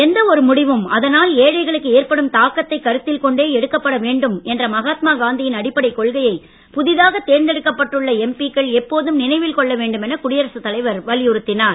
எந்த ஒரு முடிவும் அதனால் ஏழைகளுக்கு ஏற்படும் தாக்கத்தைக் கருத்தில் கொண்டே எடுக்கப்பட வேண்டும் என்ற மகாத்மாகாந்தியின் அடிப்படைக் கொள்கையை புதிதாகத் தேர்ந்தெடுக்கப் பட்டுள்ள எம்பி க்கள் எப்போதும் நினைவில் கொள்ள வேண்டும் என குடியரசுத் தலைவர் வலியுறுத்தினார்